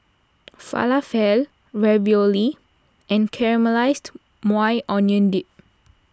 Falafel Ravioli and Caramelized Maui Onion Dip